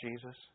Jesus